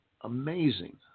amazing